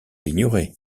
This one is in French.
l’ignorer